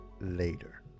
later